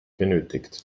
benötigt